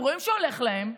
הם רואים שהולך להם,